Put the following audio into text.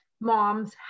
moms